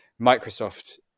microsoft